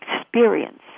experience